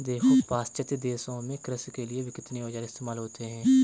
देखो पाश्चात्य देशों में कृषि के लिए कितने औजार इस्तेमाल होते हैं